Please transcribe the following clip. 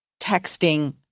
texting